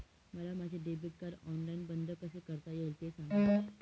मला माझे debit card online बंद कसे करता येईल, ते सांगा